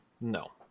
No